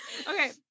Okay